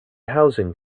housing